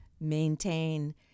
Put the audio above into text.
maintain